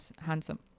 handsome